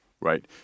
right